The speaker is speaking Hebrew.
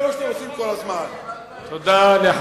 זה מה שאתם עושים כל הזמן.